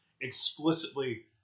explicitly